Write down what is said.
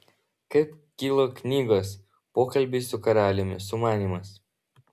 kaip kilo knygos pokalbiai su karaliumi sumanymas